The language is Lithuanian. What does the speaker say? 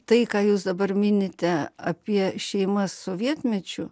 tai ką jūs dabar minite apie šeimas sovietmečiu